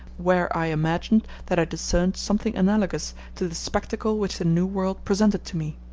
where i imagined that i discerned something analogous to the spectacle which the new world presented to me.